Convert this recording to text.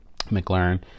McLaren